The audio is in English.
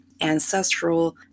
ancestral